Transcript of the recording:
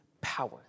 power